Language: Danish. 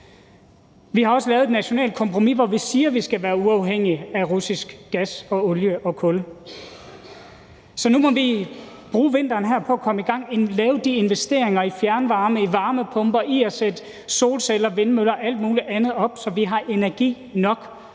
Vi har også lavet et nationalt kompromis, hvor vi siger, at vi skal være uafhængige af russisk gas og olie og kul, så nu må vi bruge vinteren her på at komme i gang, lave de investeringer i fjernvarme, i varmepumper, i at sætte solceller, vindmøller og alt muligt andet op, så vi har energi nok